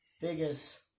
biggest